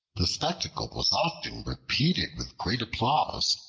the spectacle was often repeated with great applause,